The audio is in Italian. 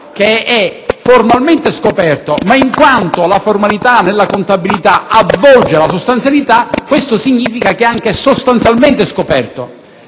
che è formalmente scoperto, ma, poiché la formalità nella contabilità avvolge la sostanzialità, questo significa che è anche sostanzialmente scoperto.